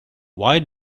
why